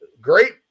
great